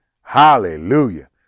hallelujah